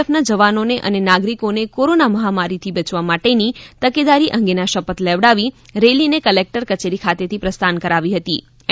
એફના જવાનોને અને નાગરિકોને કોરોના મહામારીથી બચવા માટેની તકેદારી અંગેના શપથ લેવડાવીને રેલીને કલેકટર કચેરી ખાતેથી પ્રસ્થાન કરાવી હતી એન